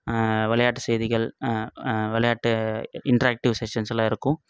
விளையாட்டு செய்திகள் விளையாட்டு இன்ட்ராக்டிவ் செக்ஷன்ஸ் எல்லாம் இருக்கும்